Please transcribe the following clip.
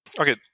Okay